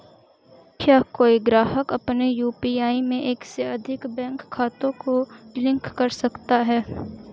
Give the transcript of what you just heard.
क्या कोई ग्राहक अपने यू.पी.आई में एक से अधिक बैंक खातों को लिंक कर सकता है?